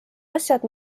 asjad